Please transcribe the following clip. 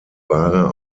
ware